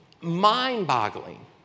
mind-boggling